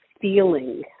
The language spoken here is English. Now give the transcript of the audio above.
feeling